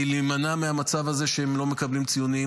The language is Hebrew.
להימנע מהמצב הזה שהם לא מקבלים ציונים.